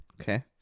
Okay